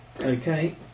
Okay